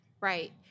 Right